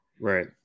Right